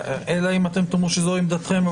אלא אתם תאמרו שזו עמדתכם,